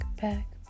back